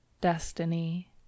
Destiny